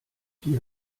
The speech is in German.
die